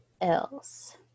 else